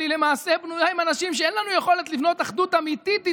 אבל היא למעשה בנויה עם אנשים שאין לנו יכולת לבנות אחדות אמיתית איתם,